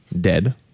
dead